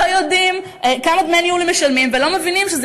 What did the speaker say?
לא יודעים כמה דמי ניהול הם משלמים ולא מבינים שזה